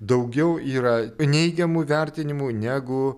daugiau yra neigiamų vertinimų negu